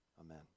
Amen